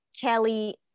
Kelly